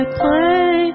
play